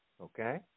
okay